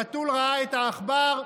החתול ראה את העכבר,